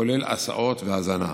כולל הסעות והזנה.